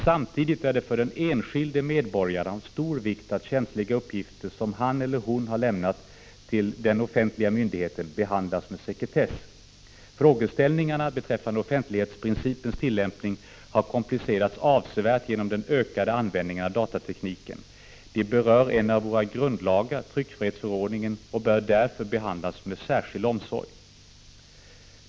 Samtidigt är det för den enskilde medborgaren av stor vikt att känsliga uppgifter som han eller hon har lämnat till den offentliga myndigheten behandlas med sekretess. Frågeställningarna beträffande offentlighetsprincipens tillämpning har komplicerats avsevärt genom den ökade användningen av datatekniken. De berör en av våra grundlagar, tryckfrihetsförordningen, och bör därför behandlas med särskild omsorg.